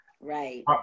Right